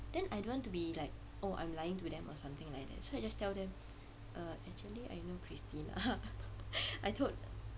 then I don't want to be like oh I'm lying to them or something like that so I just tell them err actually I know christina I told